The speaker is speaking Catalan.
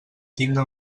tinga